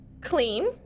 clean